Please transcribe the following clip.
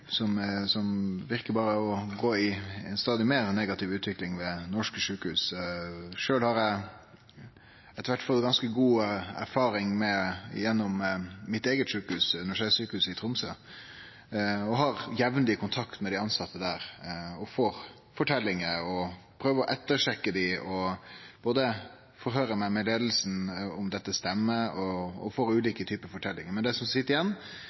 som berre verkar å gå i stadig meir negativ retning. Sjølv har eg etter kvart fått ganske god erfaring gjennom mitt eige sjukehus, Universitetssykehuset Nord-Norge i Tromsø, og har jamleg kontakt med dei tilsette der. Eg får høyre forteljingar og prøver å sjekke dei bl.a. ved å forhøyre meg med leiinga om dette stemmer, og får ulike typar forteljingar. Men det som sit igjen,